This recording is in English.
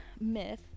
myth